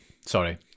Sorry